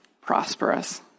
prosperous